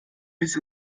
biss